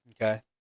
Okay